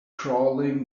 crawling